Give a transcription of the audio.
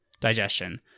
digestion